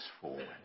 forward